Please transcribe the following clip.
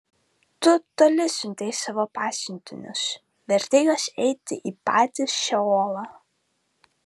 tu toli siuntei savo pasiuntinius vertei juos eiti į patį šeolą